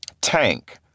tank